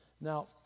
Now